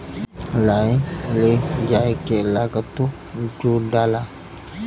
लाए ले जाए के लागतो जुड़ाला